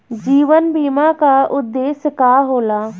जीवन बीमा का उदेस्य का होला?